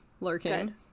lurking